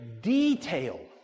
detail